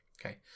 okay